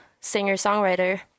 singer-songwriter